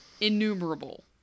innumerable